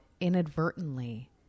inadvertently